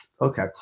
Okay